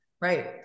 Right